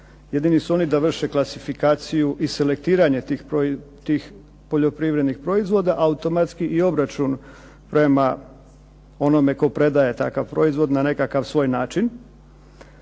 jedini su oni da vrše klasifikaciju i selektiranje tih poljoprivrednih proizvoda, a automatski i obračun prema onome tko predaje takav proizvod na nekakav svoj način.